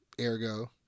ergo